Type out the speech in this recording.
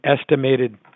estimated